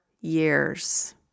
years